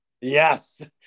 Yes